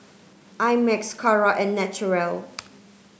I Max Kara and Naturel